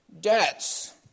debts